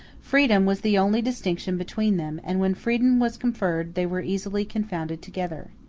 freedom was the only distinction between them and when freedom was conferred they were easily confounded together.